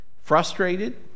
frustrated